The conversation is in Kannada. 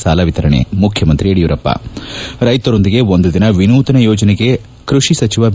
ಸಾಲ ವಿತರಣೆ ಮುಖ್ಯಮಂತ್ರಿ ಯಡಿಯೂರಪ್ಪ ರೈತರೊಂದಿಗೆ ಒಂದು ದಿನ ವಿನೂತನ ಯೋಜನೆಗೆ ಕೃಷಿ ಸಚಿವ ಬಿ